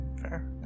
Fair